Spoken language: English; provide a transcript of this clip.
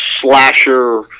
slasher